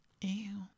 Ew